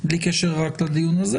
בלי קשר לדיון הזה,